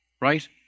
right